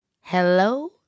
hello